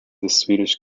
swedish